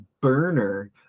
burner